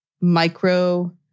micro-